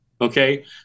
Okay